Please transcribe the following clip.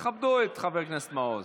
תכבדו את חבר הכנסת מעוז.